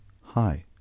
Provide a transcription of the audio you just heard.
Hi